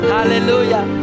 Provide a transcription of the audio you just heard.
Hallelujah